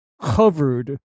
covered